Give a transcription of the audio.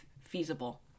feasible